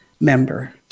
member